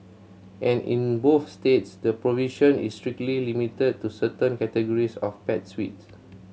and in both states the provision is strictly limited to certain categories of pets suits